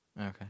Okay